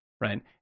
right